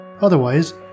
Otherwise